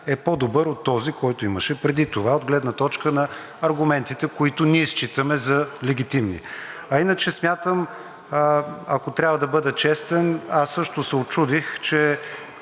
е по-добър от този, който имаше преди това от гледна точка на аргументите, които ние считаме за легитимни. Иначе смятам, ако трябва да бъда честен, аз също се учудих, че